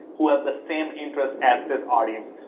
who have the same interest as this audience.